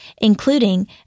including